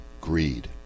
greed